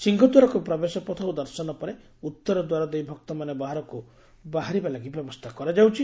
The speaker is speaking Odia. ସିଂହଦ୍ୱାରକୁ ପ୍ରବେଶ ପଥ ଓ ଦର୍ଶନ ପରେ ଉତ୍ତର ଦ୍ୱାର ଦେଇ ଭକ୍ତମାନେ ବାହାରକୁ ବାରିବା ଲାଗି ବ୍ୟବସ୍କା କରାଯାଉଛି